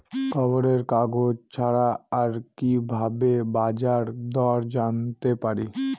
খবরের কাগজ ছাড়া আর কি ভাবে বাজার দর জানতে পারি?